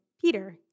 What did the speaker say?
Peter